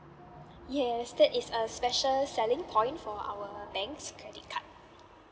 yes that is a special selling point for our bank's credit card